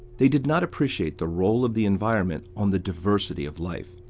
they did not appreciate the role of the environment on the diversity of life.